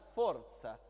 forza